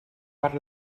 per